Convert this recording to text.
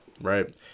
right